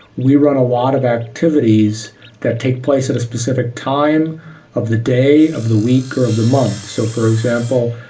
we run a lot of activities that take place at a specific time of the day, of the weak, or of the month. so, for example,